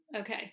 okay